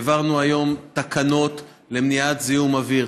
העברנו היום תקנות למניעת זיהום אוויר,